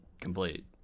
complete